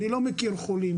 אני לא מכיר חולים.